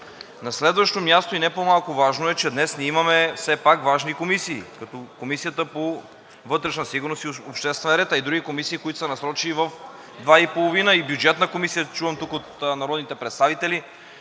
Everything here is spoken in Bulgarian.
На следващо място – и не по-малко важно, е, че днес ние имаме все пак важни комисии, като Комисията по вътрешна сигурност и обществен ред, а и други комисии, които са насрочени в 14,30 ч. – и Бюджетната комисия, чувам тук от народните представители.